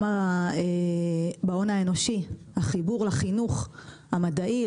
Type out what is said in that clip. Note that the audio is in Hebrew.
גם בהון האנושי החיבור לחינוך המדעי,